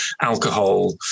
alcohol